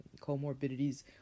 comorbidities